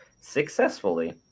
successfully